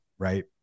Right